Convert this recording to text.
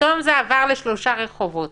פתאום זה עבר לשלושה רחובות.